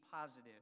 positive